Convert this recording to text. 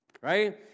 Right